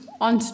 on